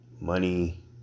money